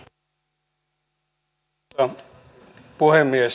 arvoisa puhemies